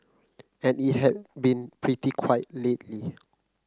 and it has been pretty quiet lately